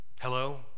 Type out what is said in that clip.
hello